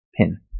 pin